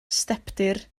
stepdir